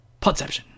podception